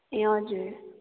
ए हजुर